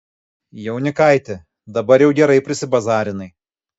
jaunikaiti dabar jau gerai prisibazarinai